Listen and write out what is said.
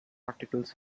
articles